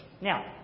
now